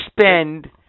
spend